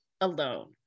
alone